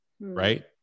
right